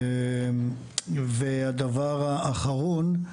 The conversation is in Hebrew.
והדבר האחרון,